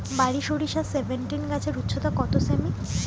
বারি সরিষা সেভেনটিন গাছের উচ্চতা কত সেমি?